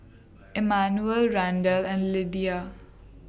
Emmanuel Randell and Lydia